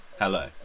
hello